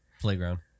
Playground